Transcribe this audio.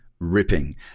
Ripping